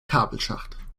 kabelschacht